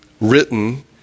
written